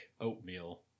oatmeal